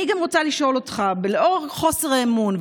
אני גם רוצה לשאול אותך: לאור חוסר האמון,